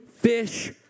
fish